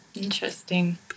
Interesting